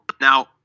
Now